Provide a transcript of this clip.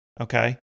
okay